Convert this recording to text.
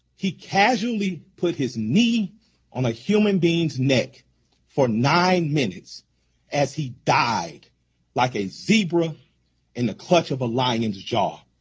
he casually put his knee on a human being's neck for nine minutes as he died like a zebra in the clutch of a lion's jaw,